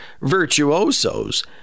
virtuosos